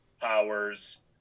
Powers